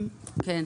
כן.